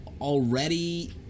Already